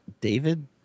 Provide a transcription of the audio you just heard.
David